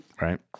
right